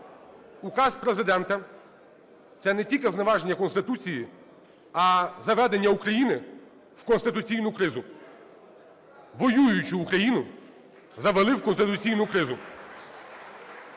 указ Президента – це не тільки зневажання Конституції, а заведення України в конституційну кризу. Воюючу Україну завели в конституційну кризу.